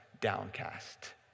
downcast